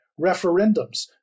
referendums